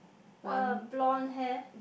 uh blonde hair